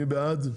מי בעד?